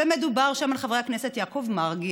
מדובר שם על חבר הכנסת יעקב מרגי,